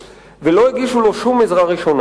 נפגעו שתיים מבנות המשפחה,